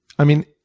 i mean,